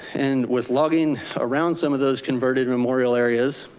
and with logging around some of those converted memorial areas,